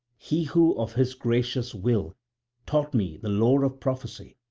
he who of his gracious will taught me the lore of prophecy,